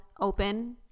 open